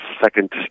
second